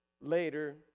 later